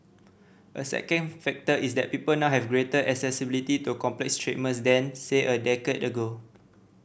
a second factor is that people now have greater accessibility to complex treatments than say a decade ago